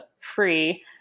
free